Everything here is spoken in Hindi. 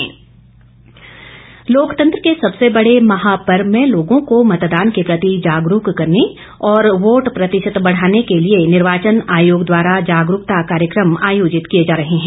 स्वीप लोकतंत्र के सबसे बड़े महापर्व में लोगों को मतदान के प्रति जागरूक करने और वोट प्रतिशत बढ़ाने के लिए निर्वाचन आयोग द्वारा जागरूकता कार्यक्रम आयोजित किए जा रहे हैं